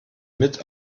mit